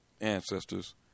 ancestors